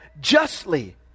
justly